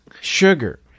sugar